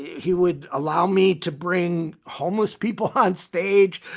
he would allow me to bring homeless people on stage.